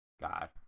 God